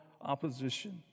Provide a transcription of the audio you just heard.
opposition